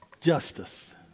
justice